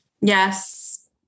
Yes